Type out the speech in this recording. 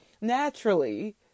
Naturally